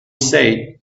said